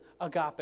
agape